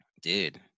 dude